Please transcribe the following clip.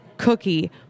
cookie